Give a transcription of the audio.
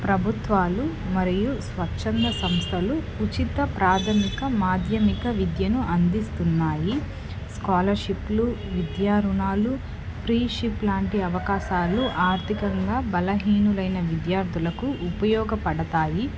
ప్రభుత్వాలు మరియు స్వచ్ఛంద సంస్థలు ఉచిత ప్రాథమిక మాధ్యమిక విద్యను అందిస్తున్నాయి స్కాలర్షిప్లు విద్యా రుణాలు ఫ్రీషిప్లాంటి అవకాశాలు ఆర్థికంగా బలహీనులైన విద్యార్థులకు ఉపయోగపడతాయి